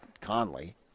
Conley